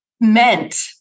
meant